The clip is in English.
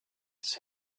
his